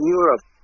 Europe